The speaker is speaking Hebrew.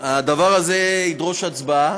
הדבר הזה ידרוש הצבעה,